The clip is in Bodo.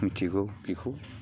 मिनथिगौ बेखौ